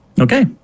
Okay